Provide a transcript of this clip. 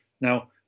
Now